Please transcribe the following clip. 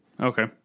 Okay